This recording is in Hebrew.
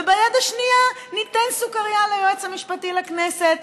וביד השנייה ניתן סוכריה ליועץ המשפטי לכנסת.